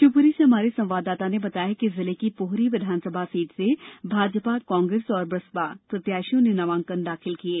शिवपुरी से हमारे संवाददाता ने बताया है कि जिले की पोहरी विधानसभा सीट से भाजपा कांग्रेस और बसपा प्रत्याशियों ने नामांकन दाखिल किये